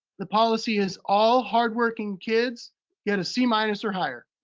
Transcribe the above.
the policy is all hard-working kids get a c minus or higher.